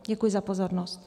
Děkuji za pozornost.